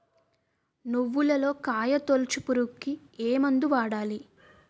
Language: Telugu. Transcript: నువ్వులలో కాయ తోలుచు పురుగుకి ఏ మందు వాడాలి?